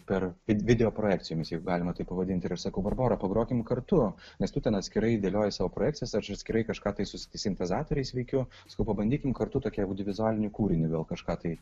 per vid videoprojekcijomis jeigu galima taip pavadinti ir sakau barbora pagrokime kartu nes tu ten atskirai dėlioji savo projekcijas ar atskirai kažką tai su sintezatoriais veikiu sakau pabandykim kartu tokį audiovizualinį kūrinį gal kažką tai